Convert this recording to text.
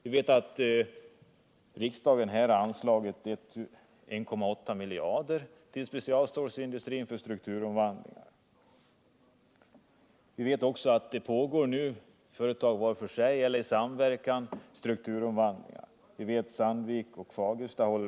Vi vet vidare att riksdagen har anslagit 1,8 miljarder till specialstålsindustrin för strukturomvandlingar. Vi vet slutligen att det pågår strukturomvandlingar, antingen inom enskilda företag eller mellan flera företag i samverkan — här kan exempelvis nämnas Sandvik AB och Fagersta AB.